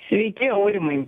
sveiki aurimai